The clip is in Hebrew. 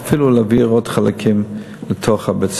או אפילו להעביר עוד חלקים לבית-הספר.